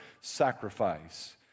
sacrifice